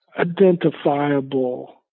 identifiable